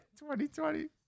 2020